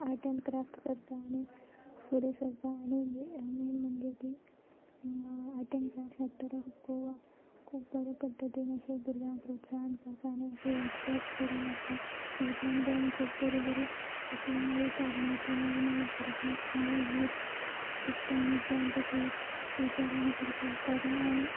art and craft करता आनी फुडें सरता आनी मेन म्हणजे की art and craft sector of Goa खूब बऱ्या पद्दतीन अशे भुरग्यांक प्रोत्साहन करता आनी अशे वर्कशॉप्स घडोन हाडटा जितूंतल्यान घेवन खूब बरी बरी अशी नवीं तरणाटीं नवी नवी भुरगीं नवो यूथ शिकता आनी जे आमचे फ्यू फ्युचरा खातीर खूब बरें आनी